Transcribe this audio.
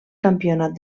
campionat